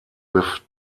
with